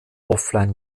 offline